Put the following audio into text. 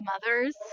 mothers